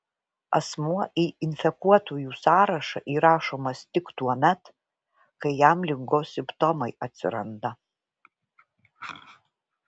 asmuo į infekuotųjų sąrašą įrašomas tik tuomet kai jam ligos simptomai atsiranda